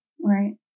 Right